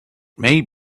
may